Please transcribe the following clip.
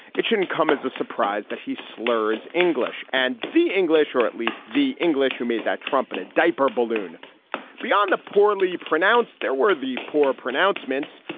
it shouldn't come as a surprise that he slurs english and the english, or at least the english who made that trumpet a diaper balloon beyond the poorly pronounced their worthy poor pronouncements.